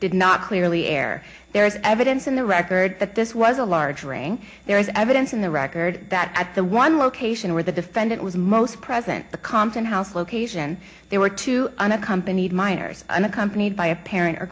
did not clearly err there is evidence in the record that this was a large ring there is evidence in the record that at the one location where the defendant was most present the compton house location there were two unaccompanied minors and accompanied by a parent or